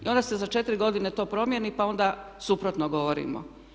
I onda se za četiri godine to promijeni, pa onda suprotno govorimo.